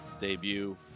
debut